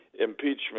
impeachment